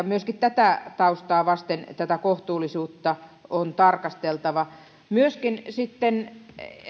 myöskin tätä taustaa vasten tätä kohtuullisuutta on tarkasteltava myöskin